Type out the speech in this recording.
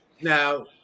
Now